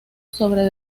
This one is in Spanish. sobre